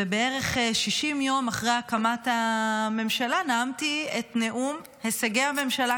ובערך 60 יום אחרי הקמת הממשלה נאמתי את נאום "הישגי הממשלה",